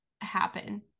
happen